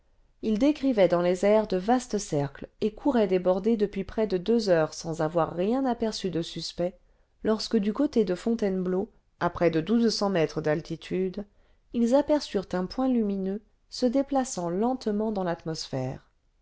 ils décrivaient dans les airs de vastes cercles et couraient des bordées depuis près de deux heures sans avoir rien aperçu de suspect lorsque du côté de fontainebleau à près de douze cents mètres d'altitude ils aperçurent un point lumineux se déplaçant lentement dansl'atmosphère